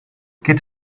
get